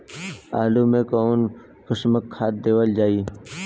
आलू मे कऊन कसमक खाद देवल जाई?